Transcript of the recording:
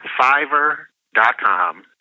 fiverr.com